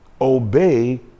Obey